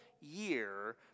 year